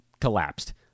collapsed